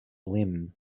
limb